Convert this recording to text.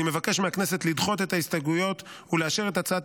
אני מבקש מהכנסת לדחות את ההסתייגויות ולאשר את הצעת